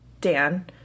Dan